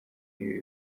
y’ibihe